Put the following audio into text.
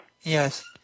Yes